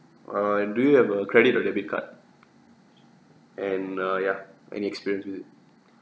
err do you have a credit or debit card and uh ya any experience with it